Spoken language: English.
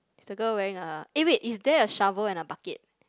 is the girl wearing a eh wait is there a shovel and a bucket